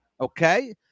Okay